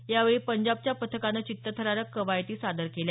यावेळी पंजाबच्या पथकानं चित्तथरारक कवायती सादर केल्या